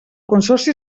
consorci